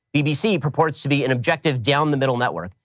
bbc purports to be an objective down-the-middle network.